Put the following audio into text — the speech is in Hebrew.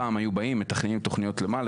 פעם היו באים מתכננים תוכניות למעלה,